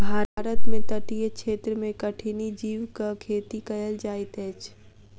भारत में तटीय क्षेत्र में कठिनी जीवक खेती कयल जाइत अछि